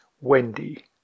Wendy